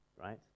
right